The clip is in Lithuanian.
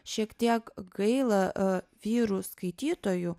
šiek tiek gaila vyrų skaitytojų